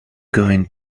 going